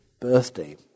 birthday